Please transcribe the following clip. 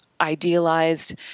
idealized